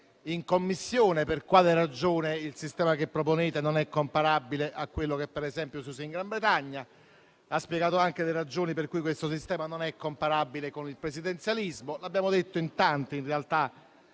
in Commissione - per quale ragione il sistema che proponete non è comparabile a quello vigente, per esempio, nel Regno Unito; ha spiegato le ragioni per cui questo sistema non è comparabile con il presidenzialismo; lo abbiamo detto in tanti, in realtà,